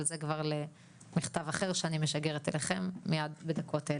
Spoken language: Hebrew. אבל זה כבר למכתב אחר שאני משגרת אליהם מיד בדקות אלה.